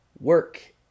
work